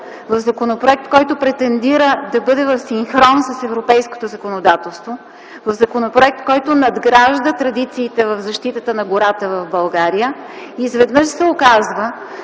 нов законопроект, който претендира да бъде в синхрон с европейското законодателство, в законопроект, който надгражда традициите в защитата на гората в България, изведнъж се оказва,